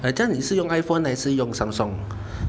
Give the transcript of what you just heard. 啊这样你是用 iPhone 还是用 Samsung